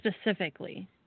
specifically